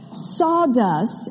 Sawdust